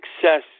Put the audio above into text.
success